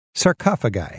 Sarcophagi